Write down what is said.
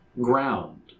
ground